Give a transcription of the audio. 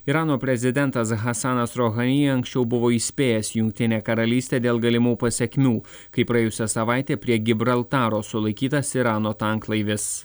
irano prezidentas hasanas rohany anksčiau buvo įspėjęs jungtinę karalystę dėl galimų pasekmių kai praėjusią savaitę prie gibraltaro sulaikytas irano tanklaivis